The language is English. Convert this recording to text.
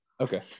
Okay